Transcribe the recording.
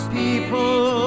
people